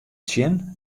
tsjin